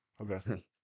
Okay